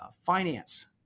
finance